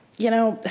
you know,